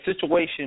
situation